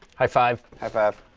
high five. high five.